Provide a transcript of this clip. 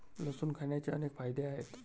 लसूण खाण्याचे अनेक फायदे आहेत